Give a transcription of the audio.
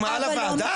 הוא מעל הוועדה?